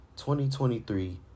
2023